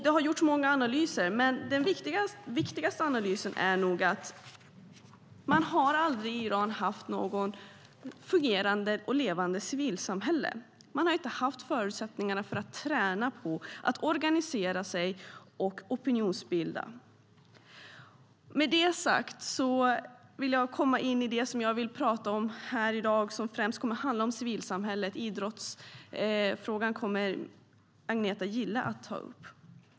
Det har gjorts många analyser, men den viktigaste är nog att man i Iran aldrig har haft något fungerande och levande civilsamhälle. Man har inte haft förutsättningarna för att träna på att organisera sig och opinionsbilda. Med det sagt ska jag komma in på det jag ska tala om, nämligen civilsamhället. Idrottsfrågan kommer Agneta Gille att ta upp.